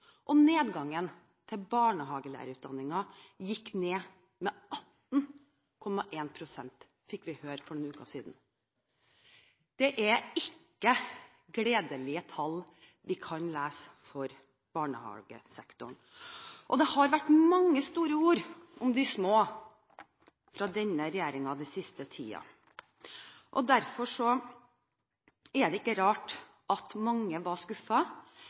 til barnehagelærerutdanningen gikk ned med 18,1 pst., fikk vi høre for noen uker siden. Det er ikke gledelige tall vi kan lese for barnehagesektoren. Det har vært mange store ord om de små fra denne regjeringen den siste tiden. Derfor var det ikke rart mange ble skuffet, for ambisjonene har vært så store, og det var